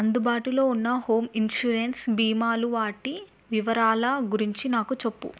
అందుబాటులో ఉన్న home insurance బీమాలు వాటి వివారాల గురించి నాకు చెప్పు